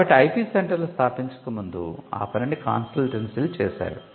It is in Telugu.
కాబట్టి ఐపి సెంటర్ లు స్థాపించక ముందు ఈ పనిని కన్సల్టెన్సీలు చేసేవి